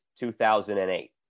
2008